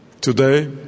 Today